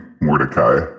Mordecai